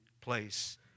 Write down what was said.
place